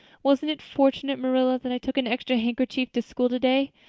wasn't it fortunate, marilla, that i took an extra handkerchief to school today?